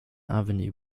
avenue